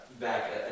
back